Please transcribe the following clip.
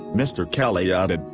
mr. kelly added,